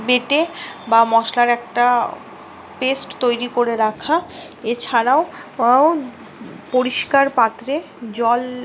বেটে বা মশলার একটা পেস্ট তৈরি করে রাখা এছাড়াও পরিষ্কার পাত্রে জল